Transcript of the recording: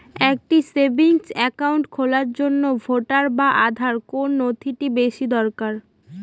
একটা savings account খোলার জন্য ভোটার বা আধার কোন নথিটি বেশী কার্যকরী?